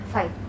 Five